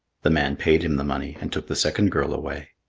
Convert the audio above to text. the man paid him the money and took the second girl away.